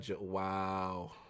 wow